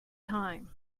time